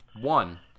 One